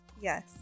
Yes